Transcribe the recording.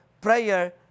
prayer